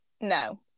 no